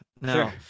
no